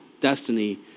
destiny